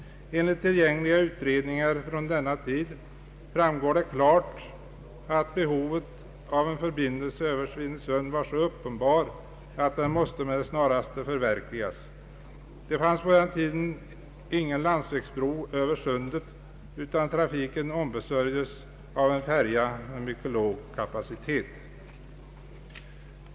Enligt tillgängliga utredningar från denna tid framgår det klart att behovet av en förbindelse över Svinesund var så uppenbart att den med det snaraste måste förverkligas. Det fanns på den tiden ingen landsvägsbro över sundet utan trafiken ombesörjdes av en färja med mycket låg kapacitet.